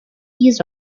east